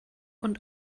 und